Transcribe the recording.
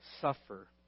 suffer